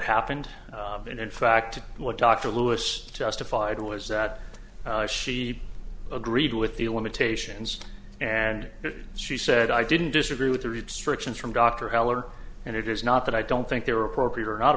happened and in fact what dr lewis justified was that she agreed with the all limitations and she said i didn't disagree with the restrictions from dr heller and it is not that i don't think they were appropriate or not